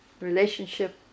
relationship